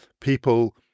people